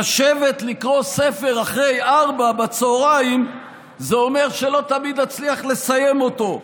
לשבת לקרוא ספר אחרי 16:00 זה אומר שלא תמיד אצליח לסיים אותו,